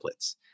templates